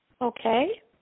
Okay